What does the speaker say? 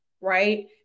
right